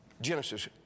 Genesis